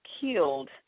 killed